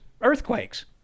earthquakes